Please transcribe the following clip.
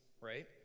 right